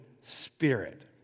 spirit